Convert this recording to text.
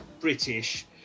British